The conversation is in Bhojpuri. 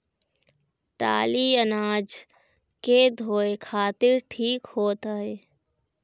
टाली अनाज के धोए खातिर ठीक होत ह